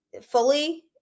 fully